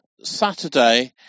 Saturday